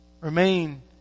Remain